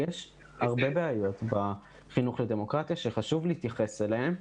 יש הרבה בעיות בחינוך לדמוקרטיה שחשוב להתייחס אליהן.